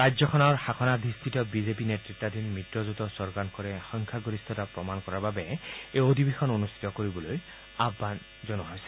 ৰাজ্যখনৰ শাসনাধিস্থিত বিজেপি নেততাধীন মিত্ৰজোঁটৰ চৰকাৰখনে সংখ্যা গৰিষ্ঠতাৰ প্ৰমাণ কৰাৰ বাবে এই অধিৱেশন অনুষ্ঠিত কৰিবলৈ আহান জনাইছে